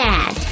Dad